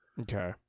Okay